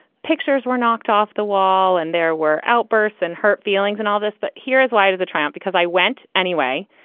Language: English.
pictures were knocked off the wall and there were outbursts and hurt feelings and all this. but here is why. it is a triumph, because i went anyway.